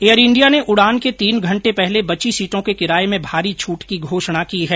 air India ने उड़ान के तीन घंटे पहले बची सीटों के किराये में भारी छूट की घोषणा की है